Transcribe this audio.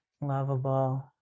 lovable